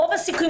רוב הסיכויים.